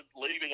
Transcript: leaving